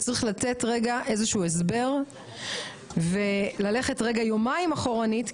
צריך לתת רגע איזשהו הסבר וללכת רגע יומיים אחורנית,